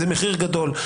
זה מחיר גדול.